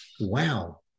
wow